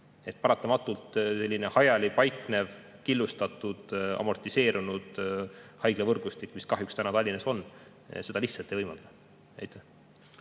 Paratamatult selline hajali paiknev, killustatud ja amortiseerunud haiglavõrgustik, mis kahjuks praegu Tallinnas on, lihtsalt seda ei võimalda.